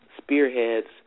spearheads